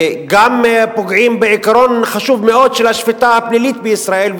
פוגעים גם בעיקרון חשוב מאוד של השפיטה הפלילית בישראל,